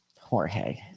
Jorge